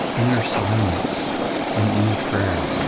inner silence and inner prayer.